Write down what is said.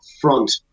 front